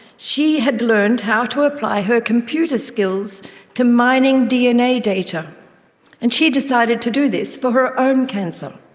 she had learned how to apply her computer skills to mining dna data and she decided to do this for her own cancer.